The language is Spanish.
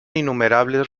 innumerables